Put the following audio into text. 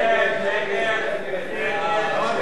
ההצעה